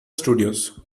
studios